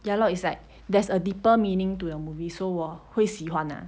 ya lor it's like there's a deeper meaning to the movie so 我会喜欢 ah